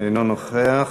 אינו נוכח.